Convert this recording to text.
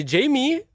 Jamie